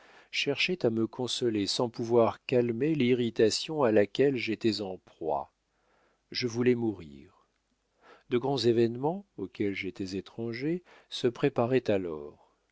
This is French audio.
cherchait à me consoler sans pouvoir calmer l'irritation à laquelle j'étais en proie je voulais mourir de grands événements auxquels j'étais étranger se préparaient alors